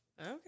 Okay